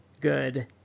good